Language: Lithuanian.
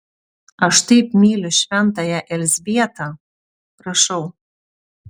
aš taip myliu šventąją elzbietą prašau